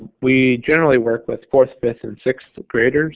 we generally work with fourth, fifth, and sixth graders